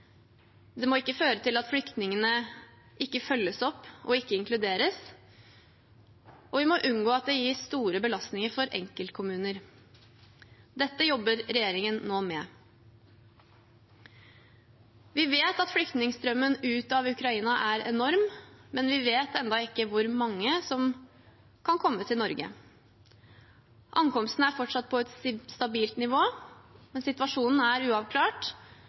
Det må ikke føre til at flyktningene ikke følges opp og ikke inkluderes, og vi må unngå at det gir store belastninger for enkeltkommuner. Dette jobber regjeringen nå med. Vi vet at flyktningstrømmen ut av Ukraina er enorm, men vi vet ennå ikke hvor mange som kan komme til Norge. Ankomstene er fortsatt på et stabilt nivå, men situasjonen er uavklart,